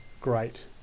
great